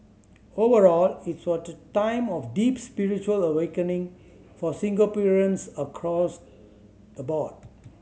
overall it was the time of deep spiritual awakening for Singaporeans across the board